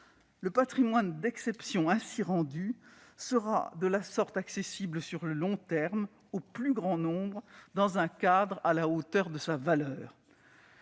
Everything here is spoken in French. Le patrimoine d'exception ainsi rendu sera de la sorte accessible, sur le long terme, au plus grand nombre, dans un cadre à la hauteur de sa valeur.